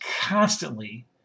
constantly